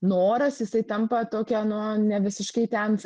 noras jisai tampa tokia nu nevisiškai ten